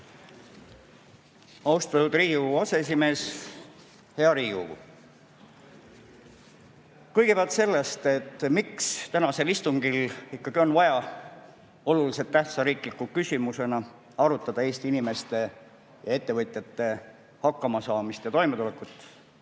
Austatud Riigikogu aseesimees! Hea Riigikogu! Kõigepealt sellest, miks tänasel istungil ikkagi on vaja oluliselt tähtsa riikliku küsimusena arutada Eesti inimeste ja ettevõtjate hakkamasaamist ja toimetulekut